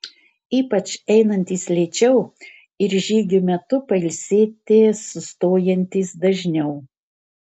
ypač einantys lėčiau ir žygio metu pailsėti sustojantys dažniau